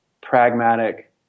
pragmatic